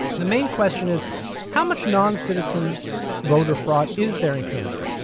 the main question is how much non-citizen voter fraud is there in kansas?